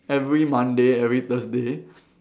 every Monday every Thursday